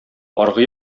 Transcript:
аргы